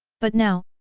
but now,